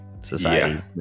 society